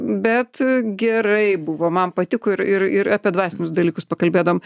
bet gerai buvo man patiko ir ir ir apie dvasinius dalykus pakalbėdavom